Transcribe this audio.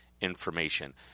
information